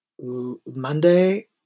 Monday